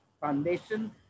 Foundation